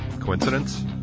Coincidence